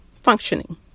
functioning